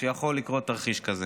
שיכול לקרות תרחיש כזה.